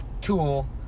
tool